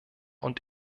und